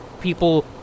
People